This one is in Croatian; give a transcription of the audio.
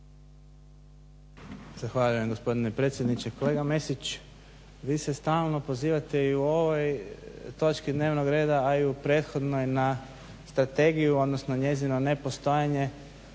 Zahvaljujem gospodine predsjedniče. Kolega Mesić, vi se stalno pozivate i u ovoj točki dnevnog reda, a i u prethodnoj na strategiju, odnosno njezino nepostojanje.